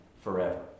forever